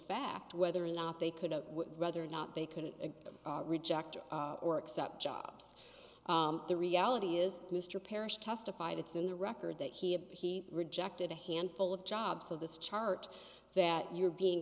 fact whether or not they could of whether or not they could agree reject or accept jobs the reality is mr parrish testified it's in the record that he had he rejected a handful of jobs so this chart that you're being